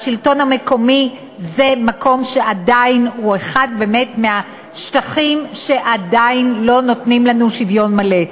השלטון המקומי הוא אחד מן השטחים שבהם עדיין לא נותנים לנו שוויון מלא,